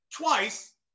twice